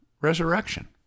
resurrection